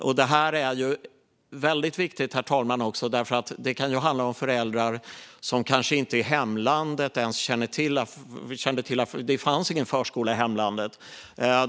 Detta är väldigt viktigt också, herr talman, eftersom det kan handla om föräldrar som kanske inte känner till förskolan eftersom det inte fanns någon förskola i hemlandet.